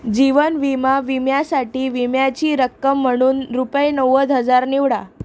जीवन विमा विम्यासाठी विम्याची रक्कम म्हणून रुपये नव्वद हजार निवडा